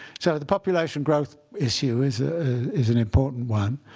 sort of the population growth issue is is an important one.